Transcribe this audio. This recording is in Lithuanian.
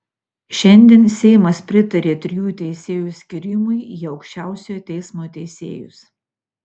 šiandien seimas pritarė trijų teisėjų skyrimui į aukščiausiojo teismo teisėjus